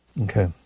Okay